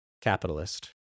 Capitalist